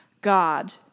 God